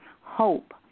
hope